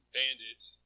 bandits